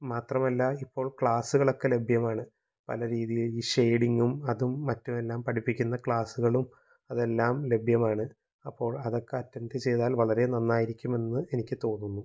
മാത്രമല്ല ഇപ്പോൾ ക്ലാസുകളൊക്കെ ലഭ്യമാണ് പല രീതിയിൽ ഷെയ്ഡിങ്ങും അതും മറ്റുമെല്ലാം പഠിപ്പിക്കുന്ന ക്ലാസുകളും അതെല്ലാം ലഭ്യമാണ് അപ്പോൾ അതൊക്കെ അറ്റെൻറ്റ് ചെയ്താൽ വളരെ നന്നായിരിക്കുമെന്ന് എനിക്ക് തോന്നുന്നു